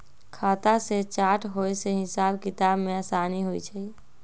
खता के चार्ट होय से हिसाब किताब में असानी होइ छइ